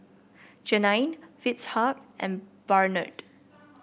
Janine Fitzhugh and Barnard